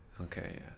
okay